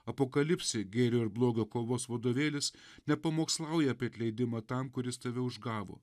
apokalipsė gėrio ir blogio kovos vadovėlis nepamokslauja apie atleidimą tam kuris tave užgavo